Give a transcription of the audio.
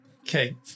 Okay